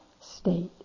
state